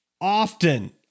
often